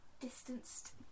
distanced